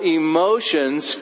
emotions